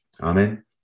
Amen